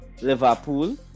liverpool